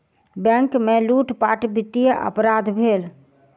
bank में लूटपाट वित्तीय अपराध भेल